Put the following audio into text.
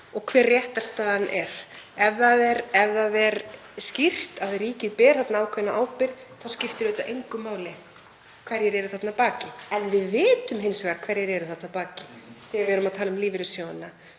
og hver réttarstaðan er. Ef það er skýrt að ríkið ber þarna ákveðna ábyrgð þá skiptir auðvitað engu máli hverjir eru þarna að baki. En við vitum hins vegar hverjir eru þarna að baki, við erum að tala um lífeyrissjóðina,